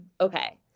Okay